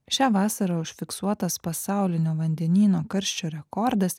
šią vasarą užfiksuotas pasaulinio vandenyno karščio rekordas